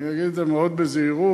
ואני אגיד את זה מאוד בזהירות,